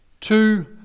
two